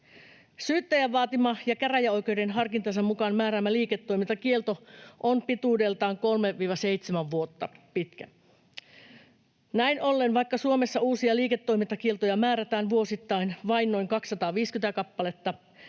Syyttäjän vaatima ja käräjäoikeuden harkintansa mukaan määräämä liiketoimintakielto on pituudeltaan 3—7 vuotta. Näin ollen vaikka Suomessa uusia liiketoimintakieltoja määrätään vuosittain vain noin 250 kappaletta,